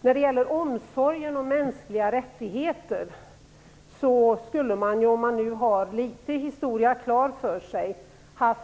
När det gäller omsorgen om mänskliga rättigheter skulle man, om man nu har litet historia klar för sig, ha